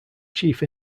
chief